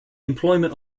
employment